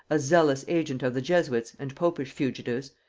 a zealous agent of the jesuits and popish fugitives,